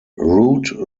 root